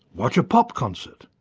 watch a pop concert!